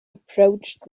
approached